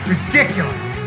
Ridiculous